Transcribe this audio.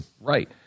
Right